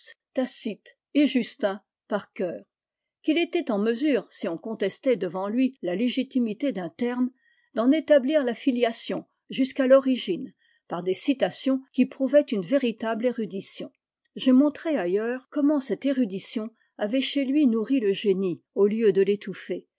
tacite et justin par cœur qu'il était en mesure si on contestait devant lui la légitimité d'un terme i d'en établir la filiation jusqu'à l'origine par des citations qui prouvaient une véritable érudition j'ai montré ailleurs comment cette érudition avait chez lui nourri le génie au lieu de